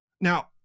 Now